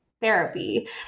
therapy